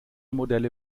modelle